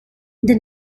the